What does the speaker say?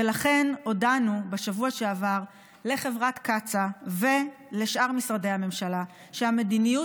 לכן הודענו בשבוע שעבר לחברת קצא"א ולשאר משרדי הממשלה שהמדיניות